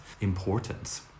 importance